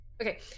Okay